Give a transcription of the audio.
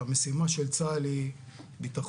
המשימה של צה"ל היא ביטחון